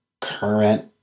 current